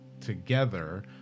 together